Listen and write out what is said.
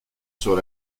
sur